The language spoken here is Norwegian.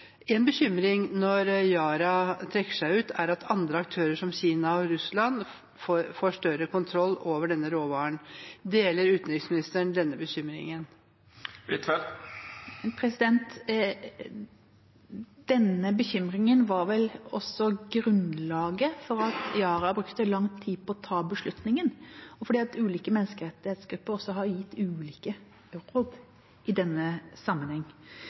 En bekymring når Yara trekker seg ut, er at andre aktører, som Kina og Russland, får større kontroll over denne råvaren. Deler utenriksministeren denne bekymringen? Denne bekymringen var vel også grunnlaget for at Yara brukte lang tid på å ta beslutningen, og fordi ulike menneskerettighetsgrupper har gitt ulike råd i denne sammenheng.